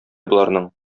боларның